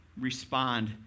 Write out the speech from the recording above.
respond